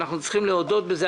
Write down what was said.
אנחנו צריכים להודות בזה,